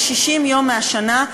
כ-60 יום מהשנה,